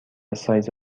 سایز